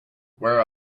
where